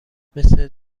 مثل